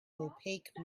opaque